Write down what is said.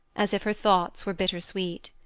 as if her thoughts were bittersweet.